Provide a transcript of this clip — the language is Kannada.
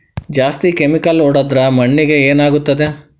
ಜಾಸ್ತಿ ಕೆಮಿಕಲ್ ಹೊಡೆದ್ರ ಮಣ್ಣಿಗೆ ಏನಾಗುತ್ತದೆ?